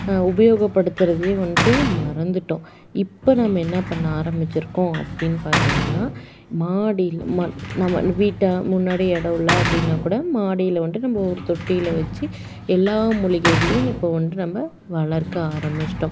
உபயோகப்படுத்துறதையே வந்துட்டு மறந்துட்டோம் இப்போ நம்ம என்ன பண்ண ஆரம்பிச்சிருக்கோம் அப்படின்னு பார்த்தீங்கன்னா மாடி மா நம்ம வீட்டு முன்னாடி இடம் இல்லை அப்படின்னா கூட மாடியில் வந்துட்டு நம்ம ஒரு தொட்டியில் வச்சு எல்லா மூலிகைகளையும் இப்போ வந்துட்டு நம்ம வளர்க்க ஆரம்பிச்சிட்டோம்